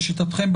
לשיטתכם,